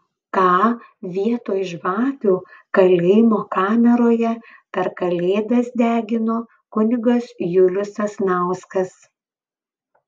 ką vietoj žvakių kalėjimo kameroje per kalėdas degino kunigas julius sasnauskas